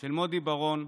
של מודי בראון,